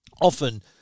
often